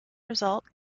result